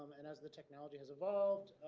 and as the technology has evolved,